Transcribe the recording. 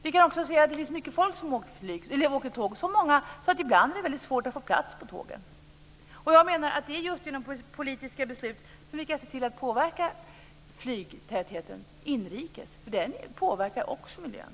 Ibland är det så många som tar tåget att det är väldigt svårt att få en plats. Jag menar att det är just genom politiska beslut som vi kan se till att flygtätheten inrikes påverkas. Den påverkar ju också miljön.